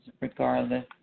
regardless